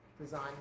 design